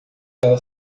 ela